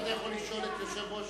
אתה יכול לשאול את יושב-ראש